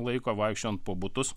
laiko vaikščiojant po butus